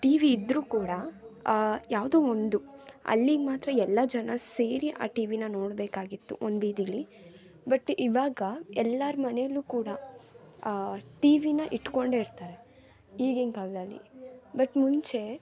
TV ಇದ್ದರು ಕೂಡ ಯಾವುದೊ ಒಂದು ಅಲ್ಲಿಗೆ ಮಾತ್ರ ಎಲ್ಲ ಜನ ಸೇರಿ ಆ ಟಿವಿನ ನೋಡಬೇಕಾಗಿತ್ತು ಒಂದು ಬೀದಿಲಿ ಬಟ್ ಇವಾಗ ಎಲ್ಲರ ಮನೆಯಲ್ಲು ಕೂಡ ಟಿವಿನ ಇಟ್ಕೊಂಡೇ ಇರ್ತಾರೆ ಈಗಿನ ಕಾಲದಲ್ಲಿ ಬಟ್ ಮುಂಚೆ